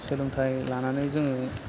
सोलोंथाइ लानानै जोङो